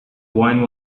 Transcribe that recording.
wine